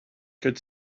could